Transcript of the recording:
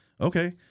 okay